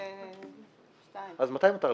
אושרה,